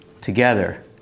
together